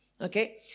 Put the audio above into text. Okay